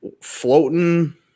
floating